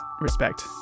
respect